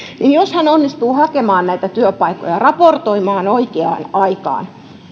jos henkilö onnistuu hakemaan näitä työpaikkoja raportoimaan oikeaan aikaan